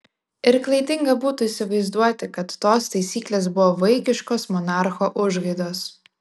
ir klaidinga būtų įsivaizduoti kad tos taisyklės buvo vaikiškos monarcho užgaidos